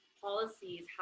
policies